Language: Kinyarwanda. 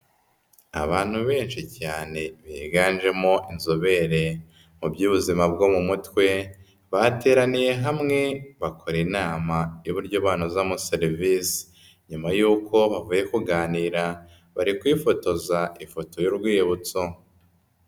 Abantu benshi cyane biganjemo inzobere mu by'ubuzima bwo mu mutwe, bateraniye hamwe bakora inama y'uburyo banozamo serivisi. Nyuma y'uko bavuye kuganira, bari kwifotoza ifoto y'urwibutso.